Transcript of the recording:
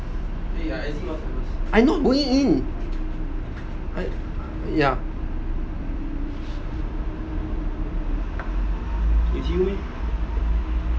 I not going in ya